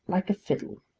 like a fiddle